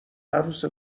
عروس